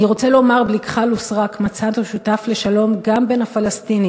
אני רוצה לומר בלי כחל ושרק: מצאנו שותף לשלום גם בין הפלסטינים,